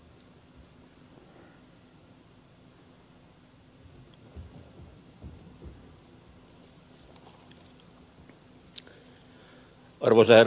arvoisa herra puhemies